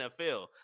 NFL